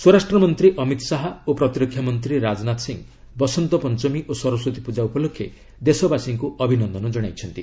ସ୍ୱରାଷ୍ଟ୍ରମନ୍ତ୍ରୀ ଅମିତ ଶାହା ଓ ପ୍ରତିରକ୍ଷାମନ୍ତ୍ରୀ ରାଜନାଥ ସିଂ ବସନ୍ତ ପଞ୍ଚମୀ ଓ ସରସ୍ପତୀ ପ୍ରଜା ଉପଲକ୍ଷେ ଦେଶବାସୀଙ୍କୁ ଅଭିନନ୍ଦନ ଜଣାଇଛନ୍ତି